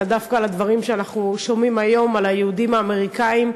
אלא דווקא על הדברים שאנחנו שומעים היום על היהודים האמריקנים.